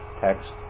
text